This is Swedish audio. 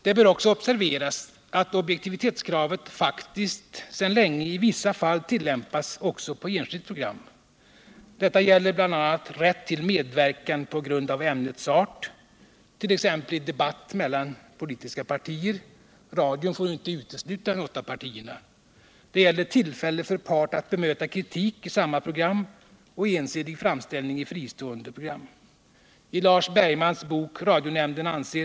Det bör också observeras att objektivitetskravet faktiskt sedan länge i vissa fall tillämpas också på enskilt program. Detta gäller bl.a. rätt till medverkan på grund av ämnets art, t.ex. i debatt mellan politiska partier — radion får ju inte utesluta något av partierna. Det gäller tillfälle för part att bemöta kritik i samma program och ensidig framställning i fristående program. I Lars Bergmans bok Radionämnden anser .